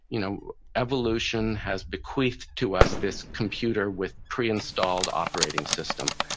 you know evolution has bequeathed to us this computer with preinstalled operating system.